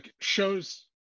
shows